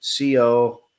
CO